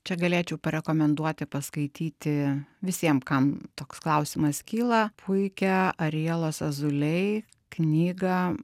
čia galėčiau parekomenduoti paskaityti visiem kam toks klausimas kyla puikią arijelos azulei knygą